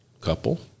couple